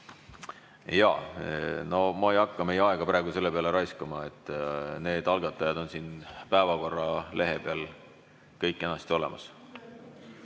Jaa, ma ei hakka meie aega praegu selle peale raiskama. Need algatajad on päevakorralehe peal kõik kenasti olemas.